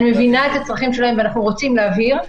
אני מבינה את הצרכים שלהם ואנחנו רוצים להבהיר,